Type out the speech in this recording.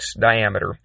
diameter